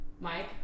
Mike